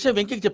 so venky,